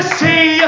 see